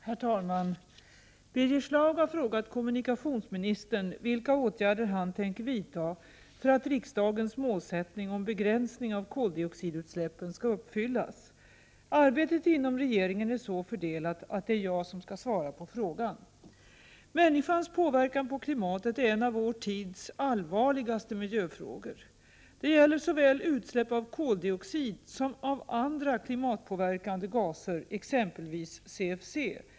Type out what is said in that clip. Herr talman! Birger Schlaug har frågat kommunikationsministern vilka åtgärder han tänker vidta för att riksdagens mål om begränsning av koldioxidutsläppen skall uppfyllas. Arbetet inom regeringen är så fördelat att det är jag som skall svara på frågan. Människans påverkan på klimatet är en av vår tids allvarligaste miljöfrågor. Det gäller såväl utsläpp av koldioxid som av andra klimatpåverkande gaser, exempelvis CFC.